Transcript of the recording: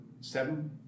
seven